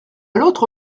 l’autre